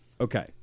Okay